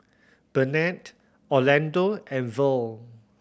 Bennett Orlando and Verl